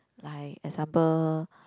like example